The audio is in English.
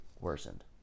worsened